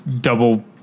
double